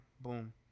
Boom